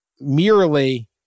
merely